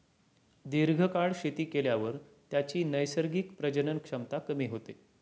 दीर्घकाळ शेती केल्यावर त्याची नैसर्गिक प्रजनन क्षमता कमी होते